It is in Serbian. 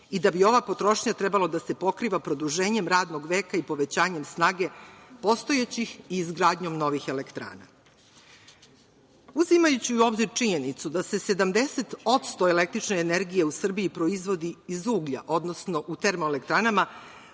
i da bi ova potrošnja trebalo da se pokriva produženjem radnog veka i povećanjem snage postojećih i izgradnjom novih elektrana. Uzimajući u obzir činjenicu da se 70% električne energije u Srbiji proizvodi iz ulja, odnosno u termoelektranama,